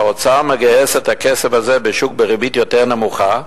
שהאוצר מגייס את הכסף הזה בשוק בריבית יותר נמוכה,